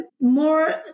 more